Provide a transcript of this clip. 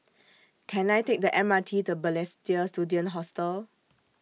Can I Take The M R T to Balestier Student Hostel